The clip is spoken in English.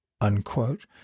unquote